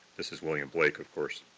this is william blake of course.